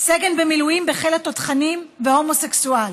סגן במילואים בחיל התותחנים והומוסקסואל.